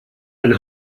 ein